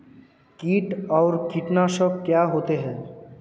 कीट और कीटनाशक क्या होते हैं?